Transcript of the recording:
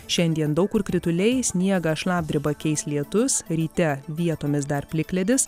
šiandien daug kur krituliai sniegą šlapdribą keis lietus ryte vietomis dar plikledis